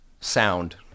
sound